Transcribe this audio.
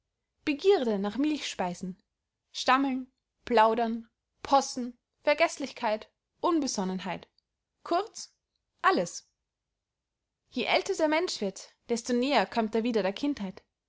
begierde nach milchspeisen stammeln plaudern possen vergeßlichkeit unbesonnenheit kurz alles je älter der mensch wird desto näher kömmt er wieder der kindheit